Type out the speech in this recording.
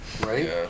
right